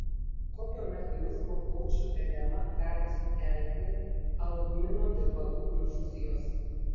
kokio mechanizmo plaučių edemą gali sukelti albumino tirpalų infuzijos